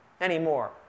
anymore